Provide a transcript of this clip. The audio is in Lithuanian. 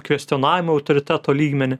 kvestionavimą autoriteto lygmenį